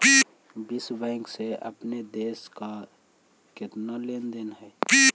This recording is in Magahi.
विश्व बैंक से अपने देश का केतना लें देन हई